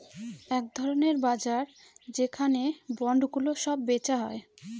এক ধরনের বাজার যেখানে বন্ডগুলো সব বেচা হয়